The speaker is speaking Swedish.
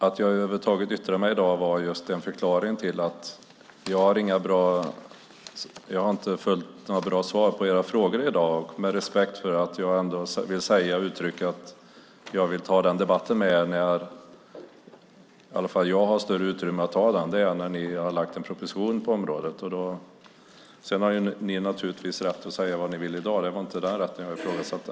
Att jag över huvud taget yttrar mig i dag är just för att förklara att vi inte har några bra svar på era frågor, med respekt för att jag ändå vill uttrycka att jag vill ta den debatten med er när i alla fall jag har större utrymme för det, och det är när ni har lagt fram en proposition på området. Sedan har ni naturligtvis rätt att säga vad ni vill i dag. Det var inte den rätten jag ifrågasatte.